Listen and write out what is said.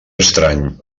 estrany